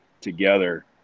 together